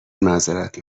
معذرت